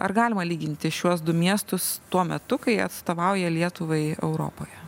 ar galima lyginti šiuos du miestus tuo metu kai atstovauja lietuvai europoje